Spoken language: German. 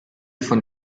von